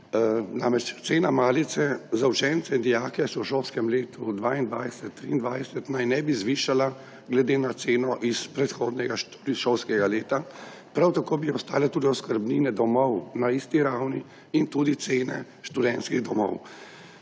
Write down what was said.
družin. Cena malice za učence in dijake se v šolskem letu 2022/2023 naj ne bi zvišala glede na ceno iz predhodnega šolskega leta. Prav tako bi ostale tudi oskrbnine domov na isti ravni in tudi cene študentskih domov.